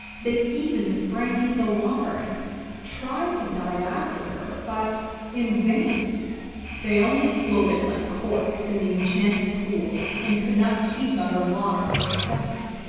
they even sprang into the water and tried to dive after her, but in vain they only floated like corks in the enchanted pool, and could not keep under water for a second.